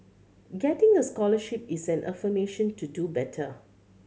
getting a scholarship is an affirmation to do better